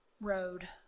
road